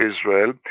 Israel